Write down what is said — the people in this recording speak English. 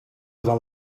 other